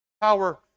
power